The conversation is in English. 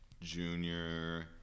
junior